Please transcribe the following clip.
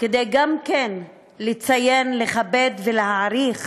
גם כדי לציין, לכבד ולהעריך